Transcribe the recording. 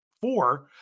four